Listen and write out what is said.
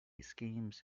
schemes